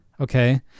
okay